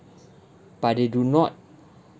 but they do not